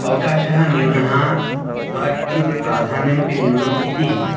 अवकाशः न्यूनः अथवा किञ्चित् प्राधान्यमपि न्यूनम् इति